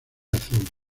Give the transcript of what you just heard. azul